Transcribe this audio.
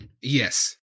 Yes